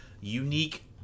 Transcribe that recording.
unique